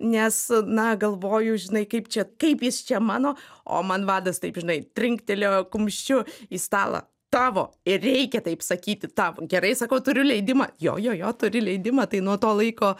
nes na galvoju žinai kaip čia kaip jis čia mano o man vadas taip žinai trinktelėjo kumščiu į stalą tavo ir reikia taip sakyti tavo gerai sakau turiu leidimą jo jo jo turi leidimą tai nuo to laiko